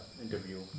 interview